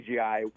CGI